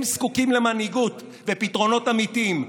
הם זקוקים למנהיגות ופתרונות אמיתיים,